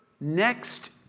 next